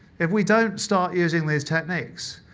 if we don't start using these techniques,